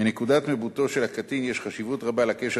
מנקודת מבטו של הקטין יש חשיבות רבה לקשר